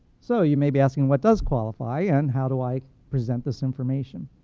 so you may be asking what does qualify and how do i present this information.